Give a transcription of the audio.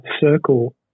circle